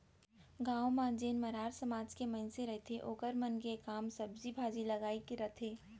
गाँव म जेन मरार समाज के मनसे रहिथे ओखर मन के काम सब्जी भाजी के लगई रहिथे